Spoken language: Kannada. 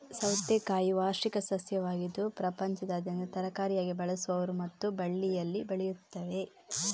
ಸೌತೆಕಾಯಿ ವಾರ್ಷಿಕ ಸಸ್ಯವಾಗಿದ್ದು ಪ್ರಪಂಚದಾದ್ಯಂತ ತರಕಾರಿಯಾಗಿ ಬಳಸುವರು ಮತ್ತು ಬಳ್ಳಿಯಲ್ಲಿ ಬೆಳೆಯುತ್ತವೆ